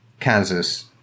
Kansas